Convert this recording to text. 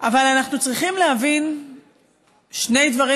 אבל אנחנו צריכים להבין שני דברים